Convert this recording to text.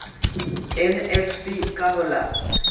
MFC का हो़ला?